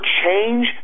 change